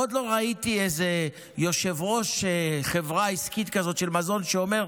עוד לא ראיתי איזה יושב-ראש חברה עסקית כזאת של מזון שאומר: